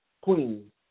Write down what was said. queen